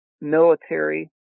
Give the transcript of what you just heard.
military